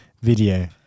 video